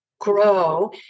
grow